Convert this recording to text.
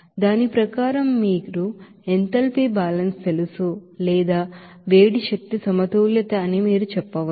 దాని ప్రకారం మీకు ఎంథాల్పీ బ్యాలెన్స్ తెలుసు లేదా వేడి శక్తి సమతుల్యత అని మీరు చెప్పవచ్చు